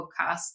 podcast